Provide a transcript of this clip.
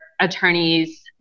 attorneys